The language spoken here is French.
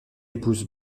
épouse